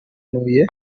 ntuye